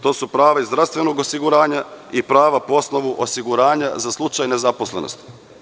To su prava iz zdravstvenog osiguranja i prava po osnovu osiguranja za slučaj nezaposlenosti.